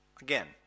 Again